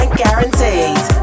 guaranteed